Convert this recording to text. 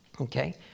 Okay